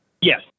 Yes